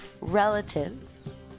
relatives